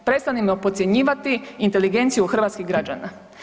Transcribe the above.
Prestanimo podcjenjivati inteligenciju hrvatskih građana.